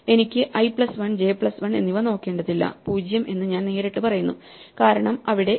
എനിക്ക് I plus 1 J plus 1 എന്നിവ നോക്കേണ്ടതില്ല 0 എന്ന് ഞാൻ നേരിട്ട് പറയുന്നു കാരണം അവിടെ ഇല്ല